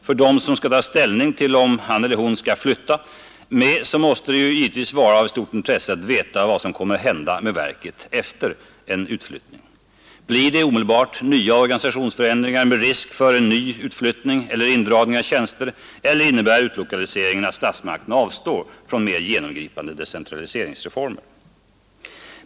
För den som skall ta ställning till om han eller hon skall flytta med måste det givetvis vara av stort intresse att veta vad som kommer att hända med verket efter en utflyttning. Blir det omedelbart nya organisationsförändringar med risk för en ny utflyttning eller indragningar av tjänster, eller innebär utlokaliseringen att statsmakterna avstår från mer genomgripande decentraliseringsreformer?